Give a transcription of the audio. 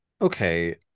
okay